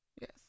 Yes